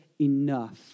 enough